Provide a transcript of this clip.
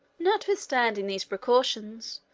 notwithstanding these precautions,